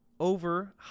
over